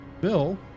Bill